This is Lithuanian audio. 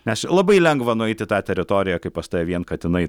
nes labai lengva nueiti tą teritoriją kaip pas tave vien katinai